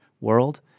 world